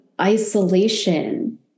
isolation